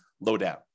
low-down